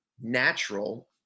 natural